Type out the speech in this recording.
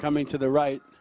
coming to the right